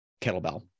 kettlebell